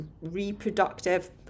reproductive